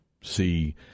see